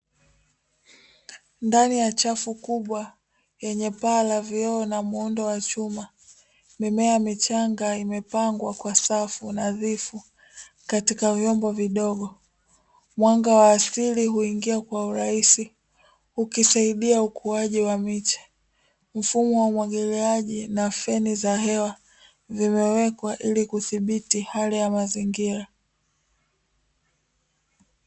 ndani ya chafu kubwa lenye paa la vioo na muundo wa chuma mimea michanga imepangwa kwa safu nadhifu, katika vyombo vidogo mwanga wa asili huingia kwa urahisi ukisaidia ukuaji wa miche, mfumo wa umwagiliaji na feni za hewa imewekwa ili kuthibiti hali ya mazingira.